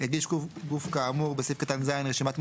הגיש גוף כאמור בסעיף קטן (ז) רשימת מועמדים,